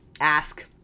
Ask